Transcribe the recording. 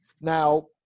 Now